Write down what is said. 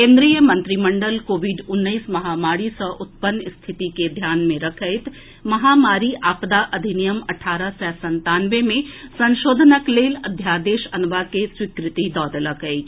केन्द्रीय मंत्रिमंडल कोविड उन्नैस महामारी सॅ उत्पन्न स्थिति के ध्यान मे रखैत महामारी आपदा अधिनियम अठारह सय संतानवे मे संशोधनक लेल अध्यादेश अनबाक के स्वीकृति दऽ देलक अछि